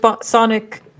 sonic